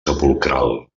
sepulcral